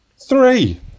Three